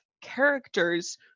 characters